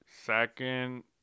second